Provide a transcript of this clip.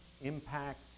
impacts